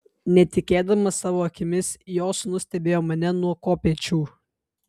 netikėdamas savo akimis jo sūnus stebėjo mane nuo kopėčių